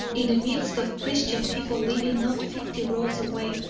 in the midst of christian people living not fifty rods away.